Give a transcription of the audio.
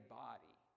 body